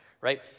right